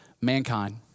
mankind